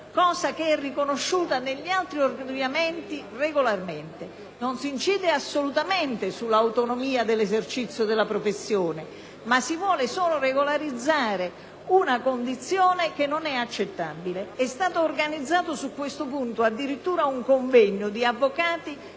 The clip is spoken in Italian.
cosa che è riconosciuta negli altri ordinamenti regolarmente. Non si incide assolutamente sull'autonomia dell'esercizio della professione, ma si vuole solo regolarizzare una condizione che non è accettabile. È stato organizzato su questo punto addirittura un convegno di avvocati